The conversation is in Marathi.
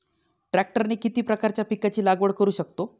ट्रॅक्टरने किती प्रकारच्या पिकाची लागवड करु शकतो?